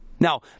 Now